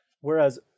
whereas